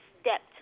Stepped